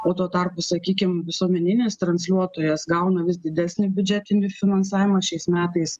o tuo tarpu sakykim visuomeninis transliuotojas gauna vis didesnį biudžetinį finansavimą šiais metais